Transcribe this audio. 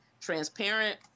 transparent